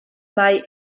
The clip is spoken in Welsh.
mae